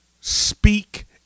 speak